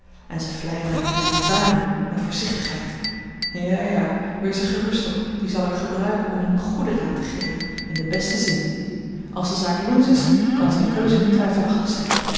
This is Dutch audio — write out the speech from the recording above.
en ze vleien mij met mijne ervaring mijne voorzichtigheid ja ja wees er gerust op die zal ik gebruiken om hem goeden raad te geven in den besten zin als de zaak loensch is kan zijne keuze niet twijfelachtig zijn